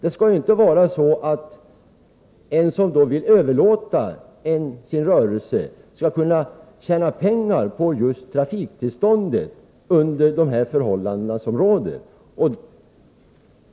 En person som vill överlåta sin rörelse skall inte kunna tjäna pengar på trafiktillståndet.